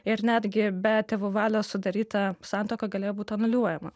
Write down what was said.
ir netgi be tėvų valios sudaryta santuoka galėjo būt anuliuojama